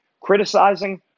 Criticizing